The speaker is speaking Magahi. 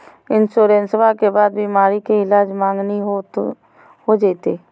इंसोरेंसबा के बाद बीमारी के ईलाज मांगनी हो जयते?